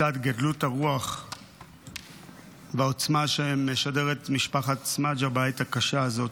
לצד גדלות הרוח והעוצמה שמשדרת משפחת סמדג'ה בעת הקשה הזאת,